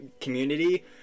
community